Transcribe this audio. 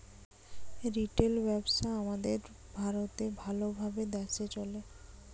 retail ব্যবসা আমাদের ভারতে ভাল ভাবে দ্যাশে চলে